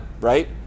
right